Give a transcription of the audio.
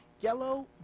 Yellow